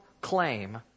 claim